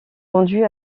rendues